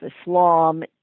Islam